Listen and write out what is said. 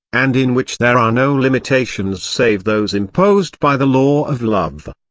and in which there are no limitations save those imposed by the law of love.